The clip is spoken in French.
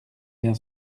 bien